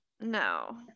no